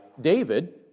David